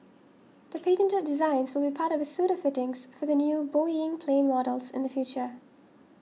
the patented designs will be part of a suite of fittings for the new Boeing plane models in the future